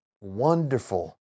wonderful